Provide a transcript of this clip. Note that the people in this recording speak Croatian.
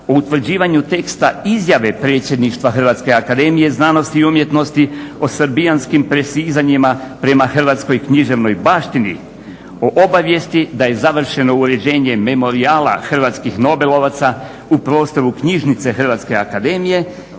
o utvrđivanju teksta izjave predsjedništva HAZU o srbijanskim presizanjima prema hrvatskog književnoj baštini, o obavijesti da je završeno uređenje Memorijala hrvatskih nobelovaca u prostoru knjižnice Hrvatske akademije